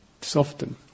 soften